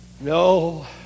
No